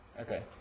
okay